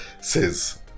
says